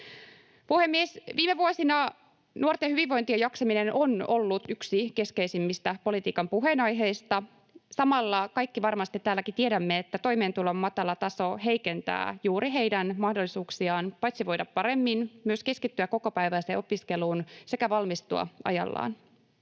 Puhemies! Viime vuosina nuorten hyvinvointi ja jaksaminen on ollut yksi keskeisimmistä politiikan puheenaiheista. Samalla kaikki varmasti täälläkin tiedämme, että toimeentulon matala taso heikentää juuri heidän mahdollisuuksiaan paitsi voida paremmin myös keskittyä kokopäiväiseen opiskeluun sekä valmistua ajallaan.